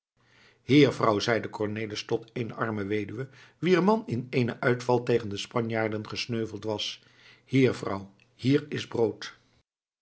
hier vrouw zeide cornelis tot eene arme weduwe wier man in eenen uitval tegen de spanjaarden gesneuveld was hier vrouw hier is brood